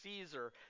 Caesar